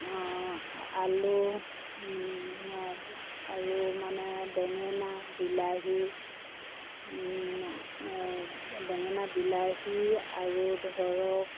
আলু আৰু মানে বেঙেনা বিলাহী বেঙেনা বিলাহী আৰু ধৰক